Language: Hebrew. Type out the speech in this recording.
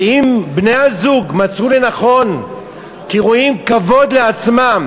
ואם בני-הזוג מצאו לנכון, כי רואים כבוד לעצמם